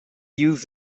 used